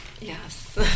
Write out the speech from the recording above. Yes